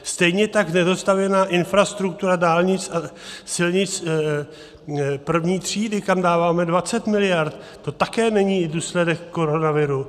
Stejně tak nedostavěná infrastruktura dálnic a silnic první třídy, kam dáváme 20 mld., to také není důsledek koronaviru.